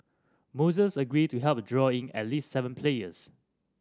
Moises agreed to help draw in at least seven players